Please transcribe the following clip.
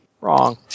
Wrong